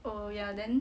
oh ya then